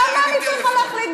למה אני צריכה להחליט?